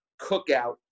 cookout